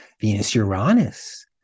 Venus-Uranus